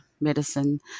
medicine